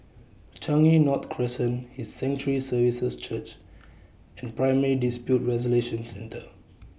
Changi North Crescent His Sanctuary Services Church and Primary Dispute Resolution Centre